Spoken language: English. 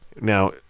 now